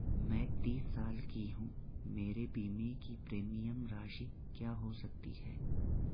मैं तीस साल की हूँ मेरे बीमे की प्रीमियम राशि क्या हो सकती है?